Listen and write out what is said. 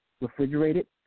refrigerated